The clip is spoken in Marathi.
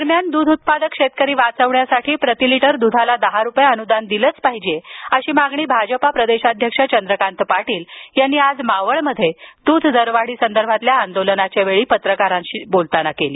दरम्यान दूध उत्पादक शेतकरी वाचवण्यासाठी प्रती लिटर दुधाला दहा रुपये अनुदान दिले पाहिजे अशी मागणी भाजपा प्रदेशाध्यक्ष चंद्रकांत पाटील यांनी आज मावळमध्ये द्रध दरवाढी संदर्भातील आंदोलनाच्यावेळी पत्रकारांशी बोलताना केली